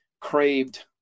craved